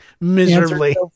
miserably